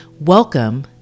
Welcome